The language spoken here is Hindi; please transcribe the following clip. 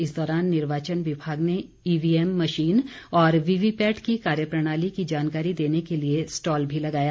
इस दौरान निर्वाचन विभाग ने ईवी एम मशीन और वीवी पैट की कार्य प्रणाली की जानकारी देने के लिए स्टॉल भी लगाया